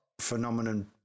phenomenon